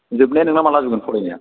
जोबनाया नोंना माला जोबगोन फरायनाया